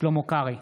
שלמה קרעי,